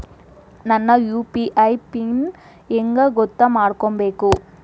ನನ್ನ UPI pin ಹೆಂಗ್ ಗೊತ್ತ ಮಾಡ್ಕೋಬೇಕು?